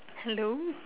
hello